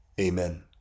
amen